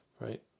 right